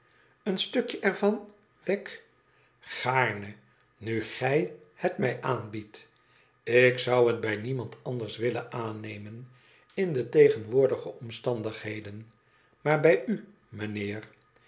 een stukje er van wegg gaarne nu gij het mij aanbiedt ik zou het bij niemand anders willen aannemen in de tegenwoordige omstandigheden maar bij u meneer